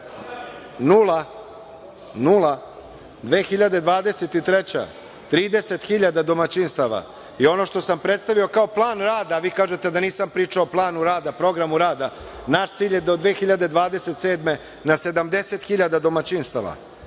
nula, 2023. godina 30.000 domaćinstava i ono što sam predstavio kao plan rada, a vi kažete da nisam pričao o planu rada, programu rada, naš cilj je da do 2027. godine na 70.000 domaćinstava,